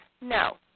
No